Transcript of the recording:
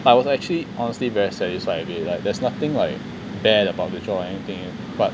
I was actually honestly very satisfied with it like there's nothing like bad about the job or anything but